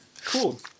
Cool